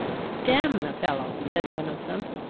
damn the fellow, said one of them,